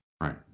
Right